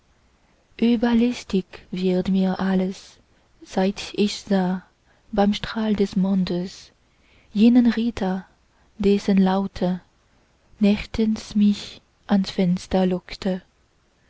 überlästig wird mir alles seit ich sah beim strahl des mondes jenen ritter dessen laute nächtens mich ans fenster lockte